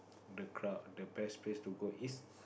the crowd the best place to go is